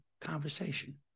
conversation